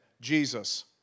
Jesus